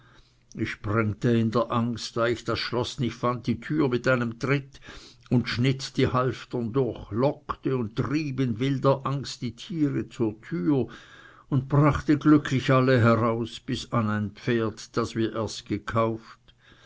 ich sprengte in der angst da ich das schloß nicht fand die türe mit einem tritt und schnitt die halftern durch lockte trieb in wilder angst die tiere zur türe und brachte glücklich alle heraus bis an ein pferd das wir erst gekauft